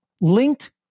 linked